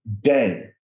day